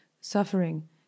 suffering